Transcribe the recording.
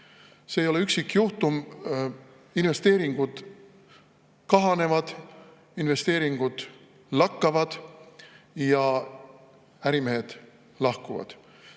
See ei ole üksikjuhtum! Investeeringud kahanevad, investeeringud lakkavad ja ärimehed lahkuvad.